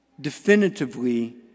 definitively